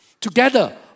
Together